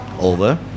over